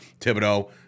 Thibodeau